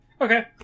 Okay